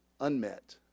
unmet